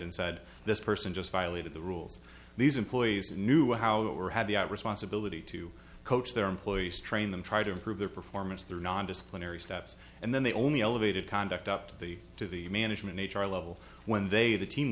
and said this person just violated the rules these employees knew how or had the responsibility to coach their employees train them try to improve their performance their non disciplinary steps and then they only elevated conduct up to the to the management h r level when they the team